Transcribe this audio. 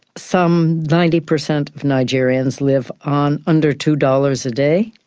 some ninety per cent of nigerians live on under two dollars a day